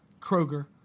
Kroger